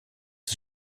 ist